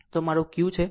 તો આ મારી q છે